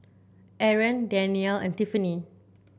Aron Danielle and Tiffanie